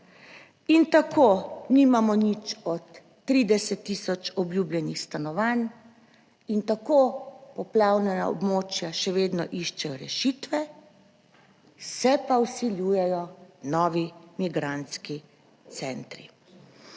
In tako nimamo nič od 30000 obljubljenih stanovanj in tako poplavna območja še vedno iščejo rešitve, se pa vsiljujejo novi migrantski centri.